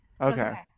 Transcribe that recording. Okay